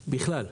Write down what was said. בכלל,